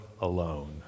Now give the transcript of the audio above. alone